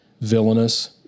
villainous